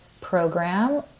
program